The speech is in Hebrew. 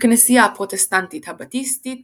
הכנסייה הפרוטסטנטית הבפטיסטית